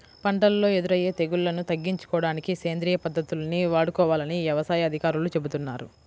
పంటల్లో ఎదురయ్యే తెగుల్లను తగ్గించుకోడానికి సేంద్రియ పద్దతుల్ని వాడుకోవాలని యవసాయ అధికారులు చెబుతున్నారు